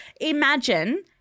Imagine